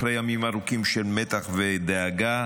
אחרי ימים ארוכים של מתח ודאגה,